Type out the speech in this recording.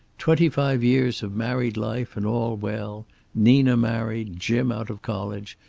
twenty-five years of married life and all well nina married, jim out of college,